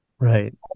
Right